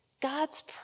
God's